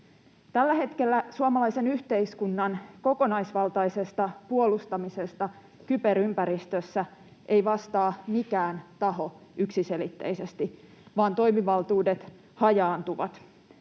Tällä hetkellä suomalaisen yhteiskunnan kokonaisvaltaisesta puolustamisesta kyberympäristössä ei vastaa mikään taho yksiselitteisesti vaan toimivaltuudet hajaantuvat.